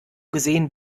gesehen